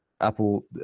Apple